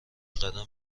قدم